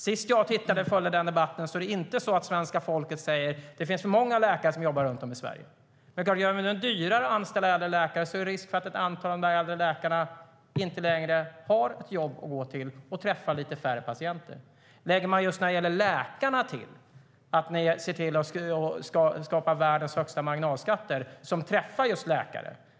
Senast jag tittade och följde den debatten sade svenska folket inte att det finns för många läkare som jobbar runt om i Sverige. Men om vi gör det dyrare att anställa äldre läkare är det klart att det finns en risk att ett antal av de äldre läkarna inte längre har ett jobb att gå till och att de träffar lite färre patienter. När det gäller läkarna kan det tilläggas att man skapar världens högsta marginalskatter, som träffar just läkare.